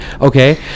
okay